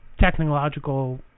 technological